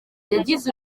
yagize